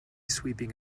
sweeping